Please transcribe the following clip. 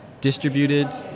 distributed